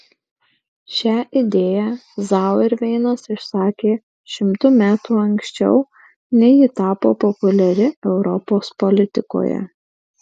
šią idėją zauerveinas išsakė šimtu metų anksčiau nei ji tapo populiari europos politikoje